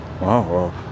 wow